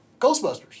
Ghostbusters